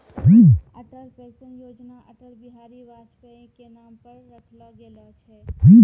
Atal pension Yojana Atal Bihari Vajpayee के नाम पर रखलो गेलो छै